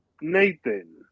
Nathan